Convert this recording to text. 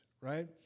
right